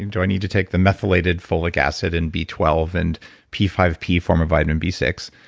do i need to take the methylated folic acid, and b twelve, and p five p form of vitamin b six.